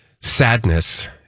sadness